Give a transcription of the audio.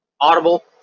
Audible